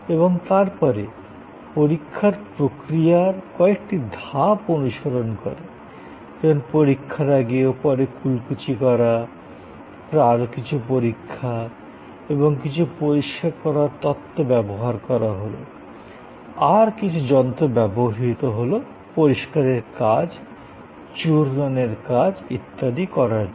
এবং তারপরে পরীক্ষার প্রক্রিয়া কয়েকটি ধাপ অনুসরণ করে যেমন পরীক্ষার আগে ও পরে কুলকুচি করা তারপরে আরও পরীক্ষা এবং কিছু পরিষ্কার করার তত্ত্ব ব্যবহার করা হল আর কিছু যন্ত্র ব্যবহৃত হলো পরিষ্কারের কাজ চূর্ণনের কাজ ইত্যাদি করার জন্য